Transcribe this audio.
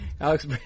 Alex